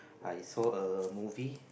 I saw a movie